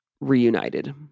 reunited